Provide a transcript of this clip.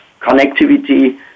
connectivity